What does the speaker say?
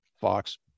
Fox